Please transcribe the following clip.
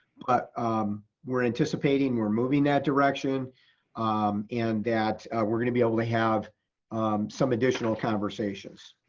but um we're anticipating we're moving that direction and that we're gonna be able to have some additional conversations.